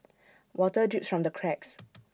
water drips from the cracks